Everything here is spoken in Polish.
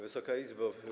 Wysoka Izbo!